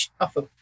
offer